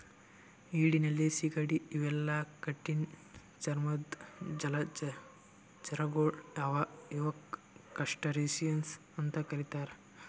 ಏಡಿ ನಳ್ಳಿ ಸೀಗಡಿ ಇವೆಲ್ಲಾ ಕಠಿಣ್ ಚರ್ಮದ್ದ್ ಜಲಚರಗೊಳ್ ಅವಾ ಇವಕ್ಕ್ ಕ್ರಸ್ಟಸಿಯನ್ಸ್ ಅಂತಾ ಕರಿತಾರ್